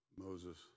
Moses